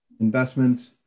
investments